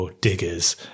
diggers